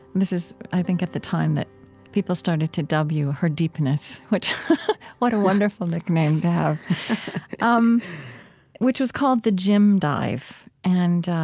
this is, i think, at the time that people started to dub you her deepness, which what a wonderful nickname to have um which was called the jim dive. and